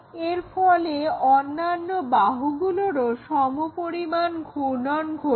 এর ফলে অন্যান্য বাহুগুলোরও সমপরিমাণ ঘূর্ণন ঘটবে